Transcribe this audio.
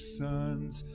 sons